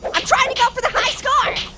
i'm trying to go for the high score!